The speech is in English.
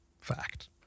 fact